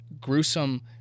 gruesome